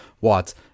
Watts